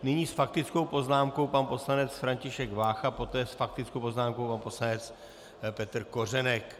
Nyní s faktickou poznámkou pan poslanec František Vácha, poté s faktickou poznámkou pan poslanec Petr Kořenek.